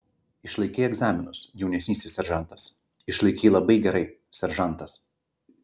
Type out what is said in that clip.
išlaikei egzaminus jaunesnysis seržantas išlaikei labai gerai seržantas